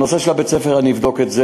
הנושא של בית-הספר, אני אבדוק את זה.